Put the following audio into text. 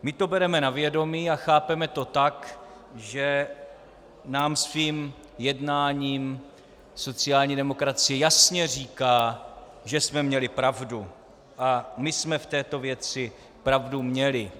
My to bereme na vědomí a chápeme to tak, že nám svým jednáním sociální demokracie jasně říká, že jsme měli pravdu, a my jsme v této věci pravdu měli.